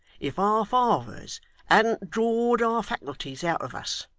if our fathers hadn't drawed our faculties out of us?